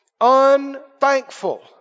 unthankful